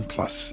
Plus